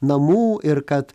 namų ir kad